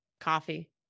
Coffee